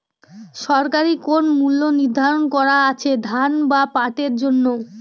সরকারি কোন মূল্য নিধারন করা আছে ধান বা পাটের জন্য?